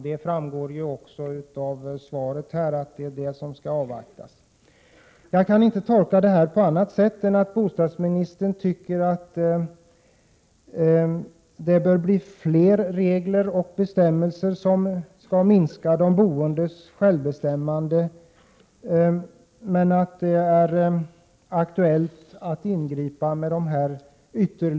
Det framgår även av svaret att det är prisutvecklingen som skall avvaktas. Jag kan inte tolka detta på annat sätt än att bostadsministern tycker att det bör införas flera regler och bestämmelser som skall minska de boendes självbestämmande, men att det inte är aktuellt att ingripa förrän efter valet.